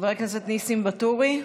חבר הכנסת ניסים ואטורי,